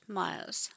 miles